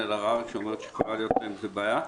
אלהרר שאומרת שיכולה להיות לה עם זה בעיה,